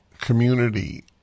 community